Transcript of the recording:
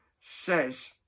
says